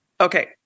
Okay